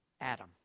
Adam